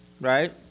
right